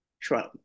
Trump